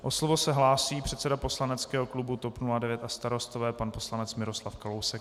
O slovo se hlásí předseda poslaneckého klubu TOP 09 a Starostové, pan poslanec Miroslav Kalousek.